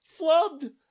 flubbed